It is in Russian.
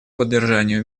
поддержанию